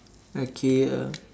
okay uh